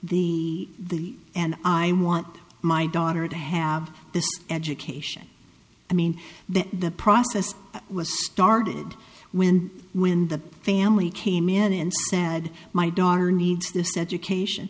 the the and i want my daughter to have this education i mean that the process was started when when the family came in and said my daughter needs this education